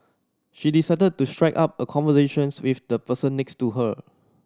she decided to strike up a conversations with the person next to her